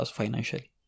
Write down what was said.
financially